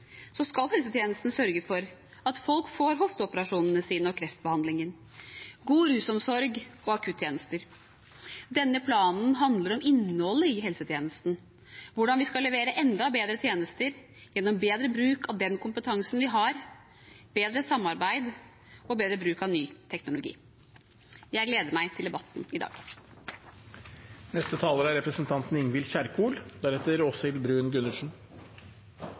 skal helsetjenesten sørge for at folk får hofteoperasjonene sine og kreftbehandlingen, god rusomsorg og akuttjenester. Denne planen handler om innholdet i helsetjenesten, hvordan vi skal levere enda bedre tjenester gjennom bedre bruk av den kompetansen vi har, bedre samarbeid og bedre bruk av ny teknologi. Jeg gleder meg til debatten i dag. Arbeiderpartiets mål for helsepolitikken er